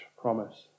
promise